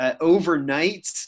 overnight